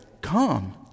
come